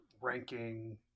ranking